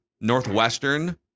Northwestern